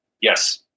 Yes